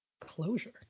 Closure